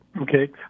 Okay